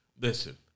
Listen